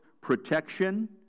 protection